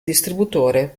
distributore